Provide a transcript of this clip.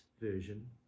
version